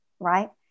right